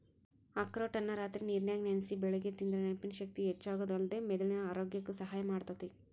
ಅಖ್ರೋಟನ್ನ ರಾತ್ರಿ ನೇರನ್ಯಾಗ ನೆನಸಿ ಬೆಳಿಗ್ಗೆ ತಿಂದ್ರ ನೆನಪಿನ ಶಕ್ತಿ ಹೆಚ್ಚಾಗೋದಲ್ದ ಮೆದುಳಿನ ಆರೋಗ್ಯಕ್ಕ ಸಹಾಯ ಮಾಡ್ತೇತಿ